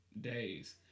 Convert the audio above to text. days